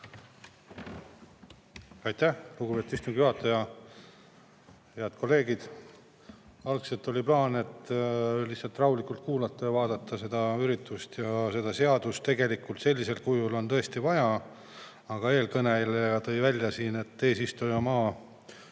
Aitäh, lugupeetud istungi juhataja! Head kolleegid! Algselt oli plaan lihtsalt rahulikult kuulata ja vaadata seda üritust ja seda seadust sellisel kujul on tõesti vaja, aga kuna eelkõneleja tõi välja, et eesistujamaa